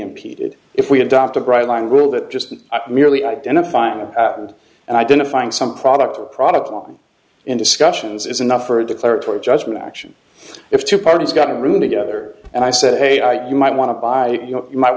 impeded if we adopt a bright line rule that just merely identifying and identifying some product or product line in discussions is enough for a declaratory judgment action if two parties got a room together and i said hey i you might want to buy you know you might